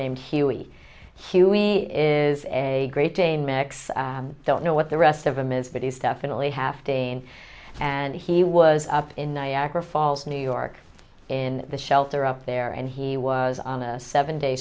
huey is a great dane mix i don't know what the rest of them is but he's definitely half day in and he was up in niagara falls new york in the shelter up there and he was on a seven day